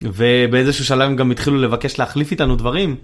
ובאיזשהו שלב הם גם התחילו לבקש להחליף איתנו דברים.